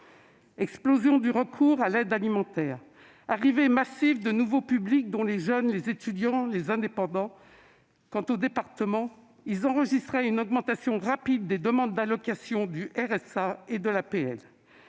explosion du recours à l'aide alimentaire et arrivée massive de nouveaux publics, dont des jeunes, des étudiants et des indépendants. Quant aux départements, ils enregistraient une augmentation rapide des demandes d'allocation du revenu de